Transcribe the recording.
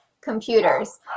computers